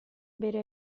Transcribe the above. bere